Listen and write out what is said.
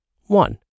one